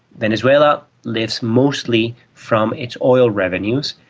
venezuela lives mostly from its oil revenues.